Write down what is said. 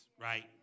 right